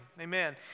Amen